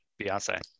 Beyonce